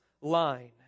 line